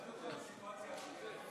איבדתי אותך בסיטואציה השנייה.